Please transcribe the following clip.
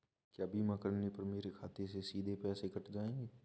क्या बीमा करने पर मेरे खाते से सीधे पैसे कट जाएंगे?